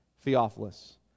Theophilus